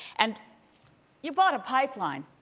and you bought a pipeline.